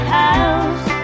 house